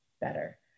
better